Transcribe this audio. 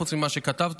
חוץ ממה שכתבתי,